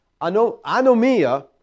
Anomia